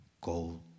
gold